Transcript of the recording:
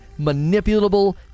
manipulable